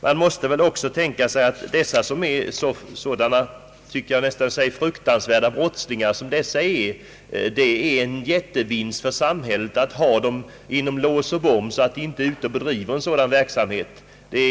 Man måste också säga sig att det är en jättevinst för samhället att ha dessa fruktansvärda brottslingar inom lås och bom, så att de inte kan bedriva sin verksamhet.